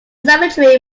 cemetery